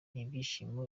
ibyishimo